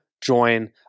join